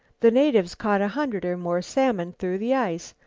the natives caught a hundred or more salmon through the ice.